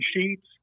sheets